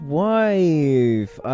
wife